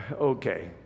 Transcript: okay